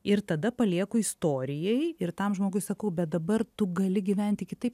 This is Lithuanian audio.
ir tada palieku istorijai ir tam žmogui sakau bet dabar tu gali gyventi kitaip